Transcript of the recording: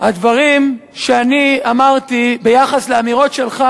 הדברים שאני אמרתי ביחס לאמירות שלך,